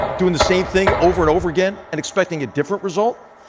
doing the same thing over and over again and expecting a different result?